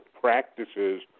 practices